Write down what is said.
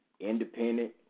independent